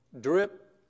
drip